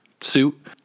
suit